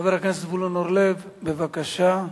חבר הכנסת זבולון אורלב, בבקשה.